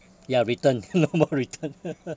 ya return no more return